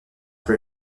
pour